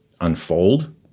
unfold